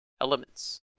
Elements